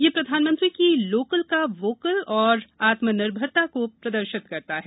यह प्रधानमंत्री की लफ्कल का बफ्कल एवं आत्मनिर्भरता का प्रदर्शित करता है